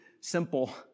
simple